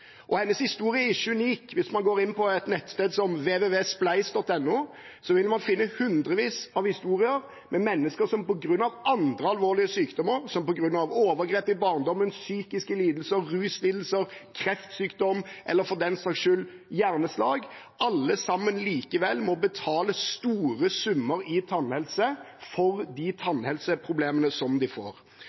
Hennes historie er ikke unik. Hvis man går inn på et nettsted som www.spleis.no, vil man finne hundrevis av historier med mennesker som alle sammen, på grunn av andre alvorlige sykdommer, på grunn av overgrep i barndommen, psykiske lidelser, ruslidelser, kreftsykdom eller for den saks skyld hjerneslag, likevel må betale store summer til tannhelse, for de tannhelseproblemene de får.